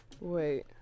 Wait